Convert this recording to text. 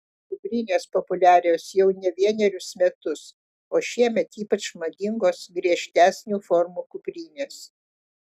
kuprinės populiarios jau ne vienerius metus o šiemet ypač madingos griežtesnių formų kuprinės